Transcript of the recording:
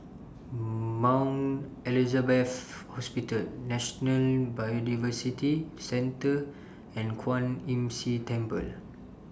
Mount Elizabeth Hospital National Biodiversity Centre and Kwan Imm See Temple